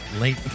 late